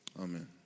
amen